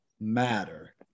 matter